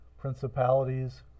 principalities